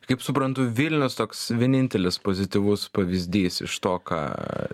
kaip suprantu vilnius toks vienintelis pozityvus pavyzdys iš to ką